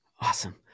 Awesome